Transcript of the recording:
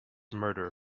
murder